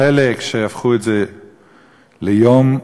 חלק הפכו את זה ליום,